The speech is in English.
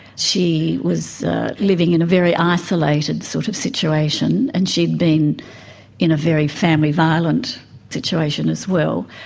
she was living in a very isolated sort of situation and she had been in a very family violent situation as well.